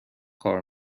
کار